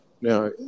now